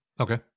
Okay